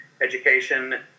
education